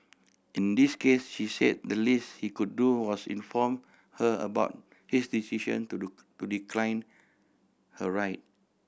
in this case she said the least he could do was inform her about his decision to do to decline her ride